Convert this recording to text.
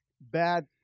bad